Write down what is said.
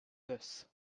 this